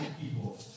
people